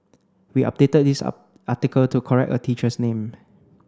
we updated this article to correct a teacher's name